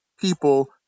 people